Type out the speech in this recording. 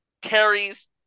Carrie's